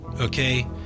Okay